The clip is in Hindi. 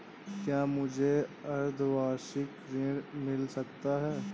क्या मुझे अर्धवार्षिक ऋण मिल सकता है?